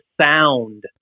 sound